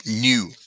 New